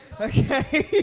Okay